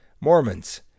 Mormons